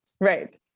Right